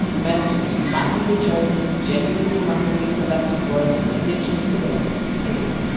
mailchimp! s manually chosen, genuinely randomly selected word from the dictionary today is!